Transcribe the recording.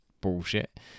bullshit